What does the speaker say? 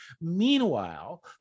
Meanwhile